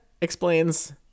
explains